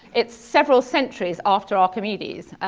it's several centuries after archimedes.